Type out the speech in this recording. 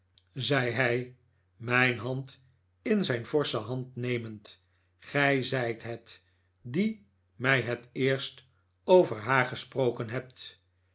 zei hij mijn hand in zijn forsche hand nemend gij zijt het die mij het eerst over haar gesproken hebt